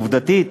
עובדתית.